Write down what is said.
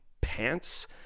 pants